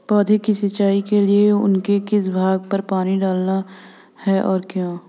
पौधों की सिंचाई के लिए उनके किस भाग पर पानी डाला जाता है और क्यों?